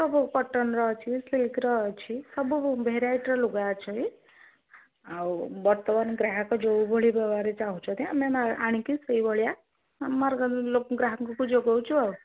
ସବୁ କଟନ୍ର ଅଛି ସିଲ୍କ୍ର ଅଛି ସବୁ ଭେରାଇଟିର ଲୁଗା ଅଛି ଆଉ ବର୍ତ୍ତମାନ୍ ଗ୍ରାହକ ଯୋଉଭଳି ଭାବରେ ଚାହୁଁଛନ୍ତି ଆମେ ଆଣିକି ସେଇଭଳିଆ ଆମ ଗ୍ରାହକକୁ ଯୋଗଉଛୁ ଆଉ